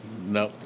No